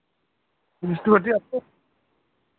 ᱱᱤᱛᱳᱜ ᱨᱮᱭᱟᱜ